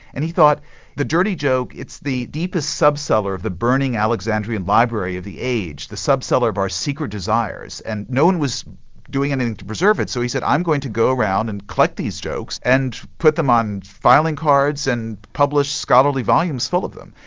and he thought the dirty joke, it's the deepest sub-cellar of the burning alexandrian library of the age, the sub-cellar of our secret desires. and no one was doing anything to preserve it, so he said, i am going to go around and collect these jokes and put them on filing cards and publish scholarly volumes full of them.